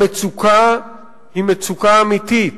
המצוקה היא מצוקה אמיתית.